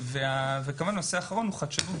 הנושא האחרון הוא חדשנות,